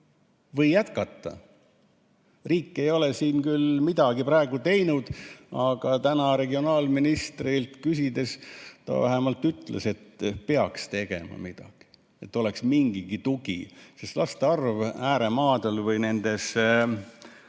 või jätkata. Riik ei ole siin küll midagi praegu teinud. Aga kui ma täna regionaalministrilt küsisin, siis ta vähemalt ütles, et peaks tegema midagi, et oleks mingigi tugi. Sest laste arv ääremaadel või nendes